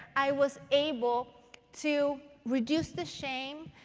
i was able to reduce the shame,